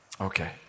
Okay